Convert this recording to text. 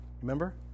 Remember